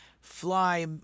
fly